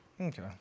Okay